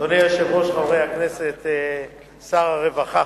אדוני היושב-ראש, חברי הכנסת, שר הרווחה,